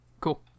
cool